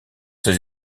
ses